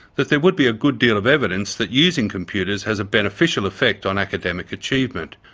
that there would be a good deal of evidence that using computers has a beneficial effect on academic achievement.